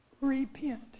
repent